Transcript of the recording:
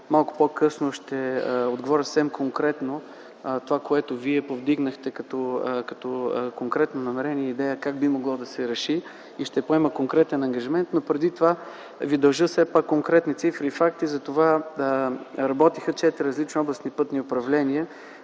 Малко по-късно ще отговоря съвсем конкретно на това, което Вие повдигнахте като конкретно намерение и идея как би могло да се реши, и ще поема конкретен ангажимент. Преди това Ви дължа все пак конкретни цифри и факти. За това работиха 4 различни областни пътни управления